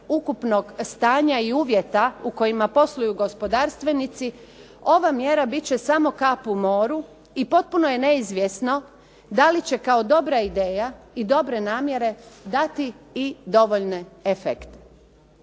ukupnog stanja uvjeta u kojima posluju gospodarstvenici ova mjera bit će samo kap u moru i potpuno je neizvjesno da li će kao dobra ideja i dobre namjere dati i dovoljne efekte.